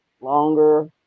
longer